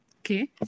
okay